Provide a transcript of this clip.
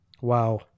Wow